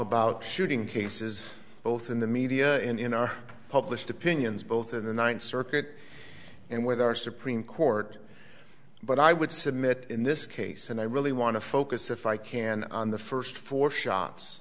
about shooting cases both in the media and in our published opinions both in the ninth circuit and with our supreme court but i would submit in this case and i really want to focus if i can on the first four shots